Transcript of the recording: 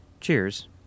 Cheers